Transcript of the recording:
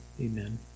amen